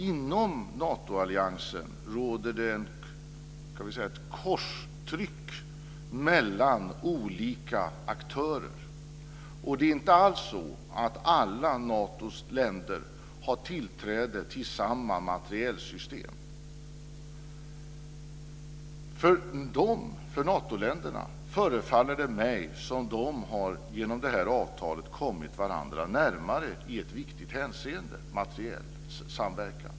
Inom Natoalliansen råder det ett korstryck mellan olika aktörer, och det är inte alls så att alla Natos länder har tillträde till samma materielsystem. För mig förefaller det som om Natoländerna genom det här avtalet har kommit varandra närmare i ett viktigt hänseende, materielsamverkan.